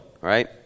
right